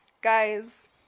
Guys